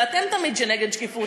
זה אתם שתמיד נגד שקיפות,